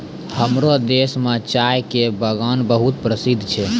हमरो देश मॅ चाय के बागान बहुत प्रसिद्ध छै